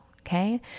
okay